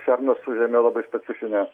šernas užėmė labai specifinę